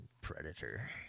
predator